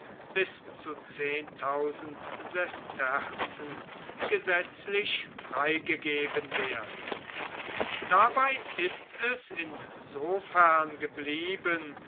bis zu sesterzen gesetzlich freigegeben werden dabei ist es insofern geblieben